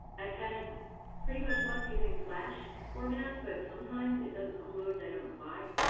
i've had pretty much luck using flash format, but sometimes it doesn't upload and i don't know why.